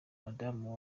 madamu